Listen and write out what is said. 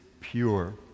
pure